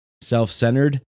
self-centered